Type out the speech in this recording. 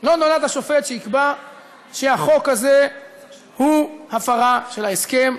לא נולד השופט שיקבע שהחוק הזה הוא הפרה של ההסכם.